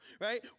right